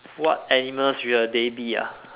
what animals will they be ah